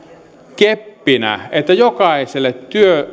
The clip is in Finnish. keppinä että jokaiselle